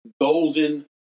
golden